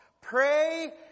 pray